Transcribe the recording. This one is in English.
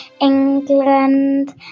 England